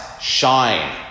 shine